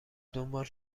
دنبال